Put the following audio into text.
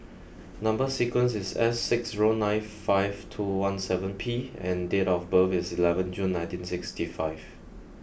number sequence is S six zero nine five two one seven P and date of birth is eleventh June nineteen sixty five